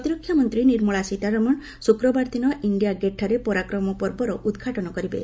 ପ୍ରତିରକ୍ଷା ମନ୍ତ୍ରୀ ନୀର୍ମଳା ସୀତାରମଣ ଶୁକ୍ରବାର ଦିନ ଇଣ୍ଡିଆ ଗେଟ୍ଠାରେ ପରାକ୍ରମ ପର୍ବର ଉଦ୍ଘାଟନ କରିବେ